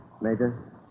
Major